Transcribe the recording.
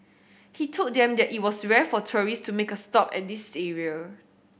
he told them that it was rare for tourist to make a stop at this area